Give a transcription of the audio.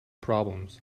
problems